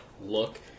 look